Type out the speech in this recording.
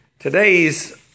Today's